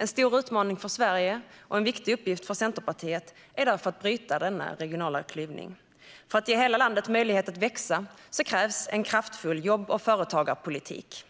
En stor utmaning för Sverige och en viktig uppgift för Centerpartiet är därför att bryta denna regionala klyvning. För att ge hela landet möjlighet att växa krävs en kraftfull jobb och företagarpolitik.